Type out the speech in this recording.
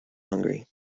hungry